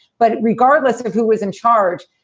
but regardless of who was in charge,